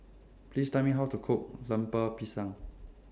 Please Tell Me How to Cook Lemper Pisang